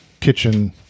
kitchen